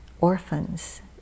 orphans